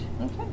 Okay